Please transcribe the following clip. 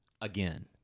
again